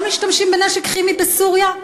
לא משתמשים בנשק כימי בסוריה?